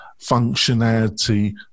functionality